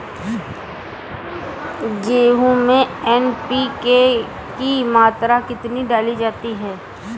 गेहूँ में एन.पी.के की मात्रा कितनी डाली जाती है?